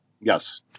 Yes